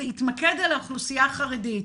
זה התמקד באוכלוסייה החרדית.